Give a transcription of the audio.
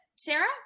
Sarah